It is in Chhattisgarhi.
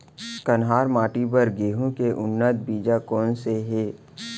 कन्हार माटी बर गेहूँ के उन्नत बीजा कोन से हे?